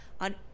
on